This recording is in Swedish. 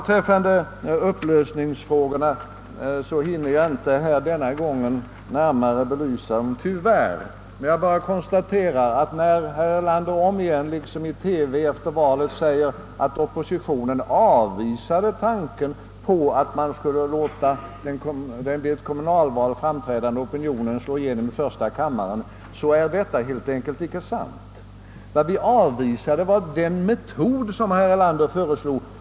Tyvärr hinner jag inte närmare belysa upplösningsfrågorna. Jag bara konstaterar att när herr Erlander om igen, liksom han gjorde i TV efter va let, säger att oppositionen avvisade tanken på att låta den vid ett kommunalval framträdande opinionen slå igenom i första kammaren, så är detta helt enkelt inte sant. Vad vi avvisade var den metod som herr Erlander föreslog.